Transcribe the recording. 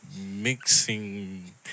mixing